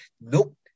nope